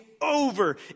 over